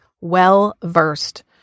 well-versed